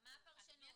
--- מה הפרשנות?